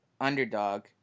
underdog